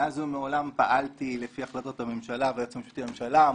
מאז ומעולם פעלתי לפי החלטות הממשלה והיועץ המשפטי לממשלה,